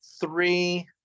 three